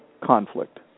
conflict